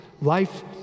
life